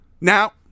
Now